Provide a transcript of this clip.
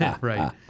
right